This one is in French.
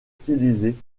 utilisée